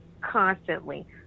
constantly